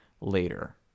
later